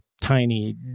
tiny